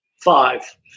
five